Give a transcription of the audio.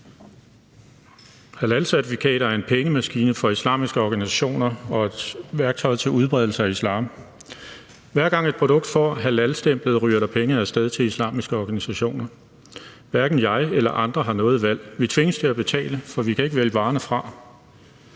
Halalcertifikater er en pengemaskine for islamiske organisationer og et værktøj til udbredelse af islam. Hver gang et produkt får halalstemplet, ryger der penge af sted til islamiske organisationer. Hverken jeg eller andre har noget valg. Vi tvinges til at betale, for vi kan ikke vælge varerne fra.